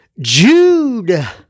Jude